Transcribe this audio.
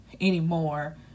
anymore